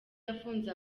yafunze